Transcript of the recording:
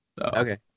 Okay